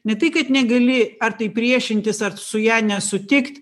ne tai kad negali ar tai priešintis ar su ja nesutikt